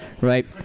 right